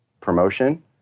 promotion